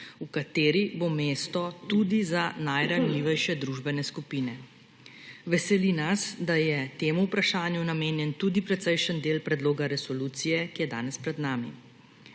v kateri bo mesto tudi za najranljivejše družbene skupine. Veseli nas, da je temu vprašanju namenjen tudi precejšen del predloga resolucije, ki je danes pred nami.